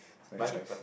solid choice